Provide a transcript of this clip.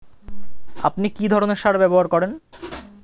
আপনি কী ধরনের সার ব্যবহার করেন?